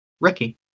Ricky